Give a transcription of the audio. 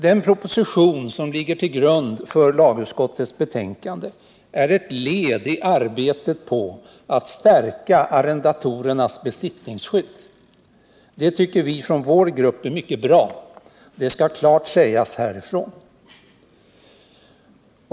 Den proposition som ligger till grund för lagutskottets betänkande är ett led i arbetet på att stärka arrendatorernas besittningsskydd. Det tycker vi från vår grupp är mycket bra, det skall klart sägas härifrån.